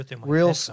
real